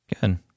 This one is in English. Good